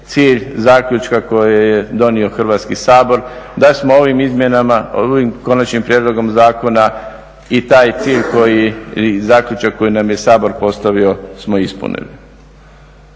cilj zaključka koji je donio Hrvatski sabor, da smo ovim izmjenama, ovim konačnim prijedlogom zakona i taj cilj i zaključak koji nam je Sabor postavio smo ispunili.